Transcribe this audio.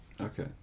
Okay